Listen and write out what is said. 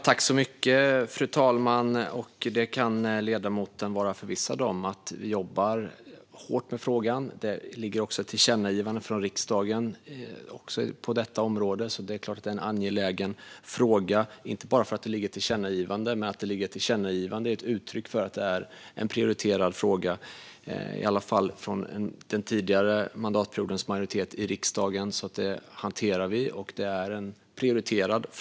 Fru talman! Ledamoten kan vara förvissad om att vi jobbar hårt med frågan. Det finns också ett tillkännagivande från riksdagen på området. Det är en angelägen fråga, inte bara för att det finns ett tillkännagivande. Men ett tillkännagivande är ett uttryck för att frågan är prioriterad - i alla fall av den tidigare mandatperiodens majoritet i riksdagen. Vi hanterar detta, och frågan är prioriterad.